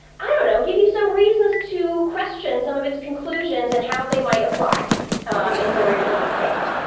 i don't know, give you some reasons to question some of its conclusions and how they might apply in hillary clinton's case.